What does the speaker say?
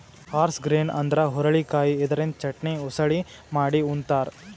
horse grain ಅಂದ್ರ ಹುರಳಿಕಾಯಿ ಇದರಿಂದ ಚಟ್ನಿ, ಉಸಳಿ ಮಾಡಿ ಉಂತಾರ್